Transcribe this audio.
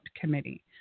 committee